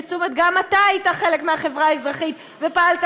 גם אתה היית חלק מהחברה האזרחית ופעלת